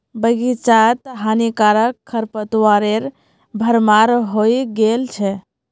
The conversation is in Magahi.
बग़ीचात हानिकारक खरपतवारेर भरमार हइ गेल छ